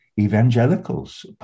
evangelicals